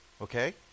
Okay